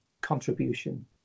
contribution